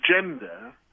gender